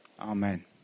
Amen